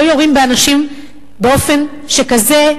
לא יורים באנשים באופן שכזה,